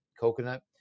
Coconut